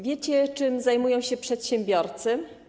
Wiecie, czym zajmują się przedsiębiorcy?